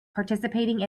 participating